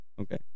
Okay